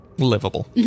Livable